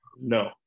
No